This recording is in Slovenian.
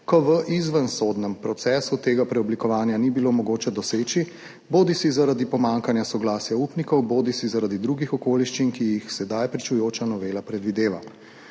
ko v izvensodnem procesu tega preoblikovanja ni bilo mogoče doseči bodisi zaradi pomanjkanja soglasja upnikov bodisi zaradi drugih okoliščin, ki jih sedaj pričujoča novela predvideva.